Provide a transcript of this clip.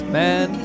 man